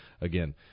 again